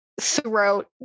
throat